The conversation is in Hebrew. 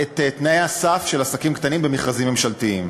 את תנאי הסף של עסקים קטנים במכרזים ממשלתיים,